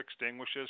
extinguishes